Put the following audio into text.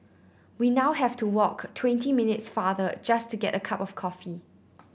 we now have to walk twenty minutes farther just to get a cup of coffee